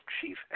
chief